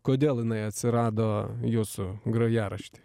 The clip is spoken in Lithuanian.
kodėl jinai atsirado jūsų grojarašty